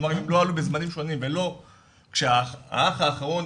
כלומר אם הם לא עלו בזמנים שונים ולא כשהאח האחרון